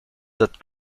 that